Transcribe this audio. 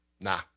nah